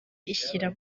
rishyira